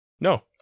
No